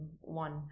one